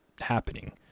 happening